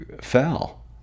fell